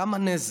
כמה נזק.